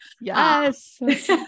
Yes